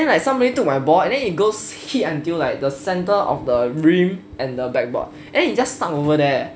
then like somebody took my ball and then it goes hit until like the center of the rim and the back board then it just stuck over there eh